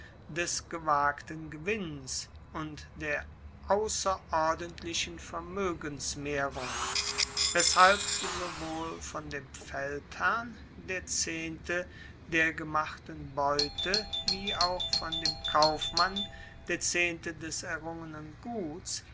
des gewagten gewinns und der ausserordentlichen vermoegensmehrung weshalb sowohl von dem feldherrn der zehnte der gemachten beute wie auch von dem kaufmann der zehnte des errungenen guts